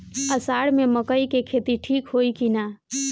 अषाढ़ मे मकई के खेती ठीक होई कि ना?